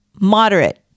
moderate